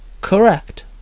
Correct